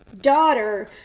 daughter